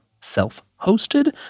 Self-Hosted